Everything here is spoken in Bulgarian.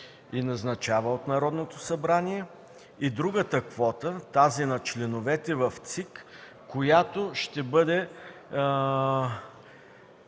и назначава от Народното събрание и другата квота – на членовете в ЦИК, която ще бъде